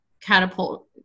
catapult